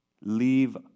leave